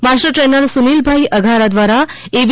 master trainer સુનિલભાઈ અઘારા દ્વારા EV